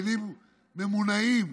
כלים ממונעים,